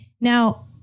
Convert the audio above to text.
Now